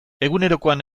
egunerokoan